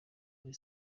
kuri